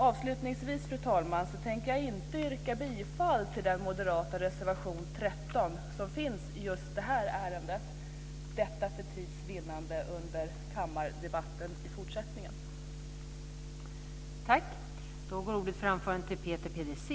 Avslutningsvis, fru talman, vill jag säga att jag för tids vinnande senare i kammaren inte tänker yrka bifall till den moderata reservationen 13 i just detta ärende.